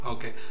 Okay